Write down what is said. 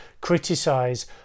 criticise